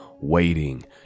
waiting